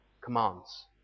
commands